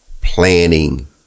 planning